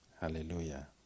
Hallelujah